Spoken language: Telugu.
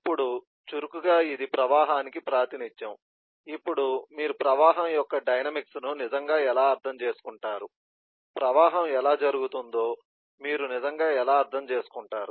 ఇప్పుడు చురుకుగా ఇది ప్రవాహానికి ప్రాతినిధ్యం ఇప్పుడు మీరు ప్రవాహం యొక్క డైనమిక్స్ ను నిజంగా ఎలా అర్థం చేసుకుంటారు ప్రవాహం ఎలా జరుగుతుందో మీరు నిజంగా ఎలా అర్థం చేసుకుంటారు